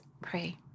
pray